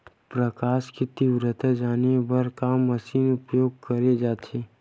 प्रकाश कि तीव्रता जाने बर का मशीन उपयोग करे जाथे?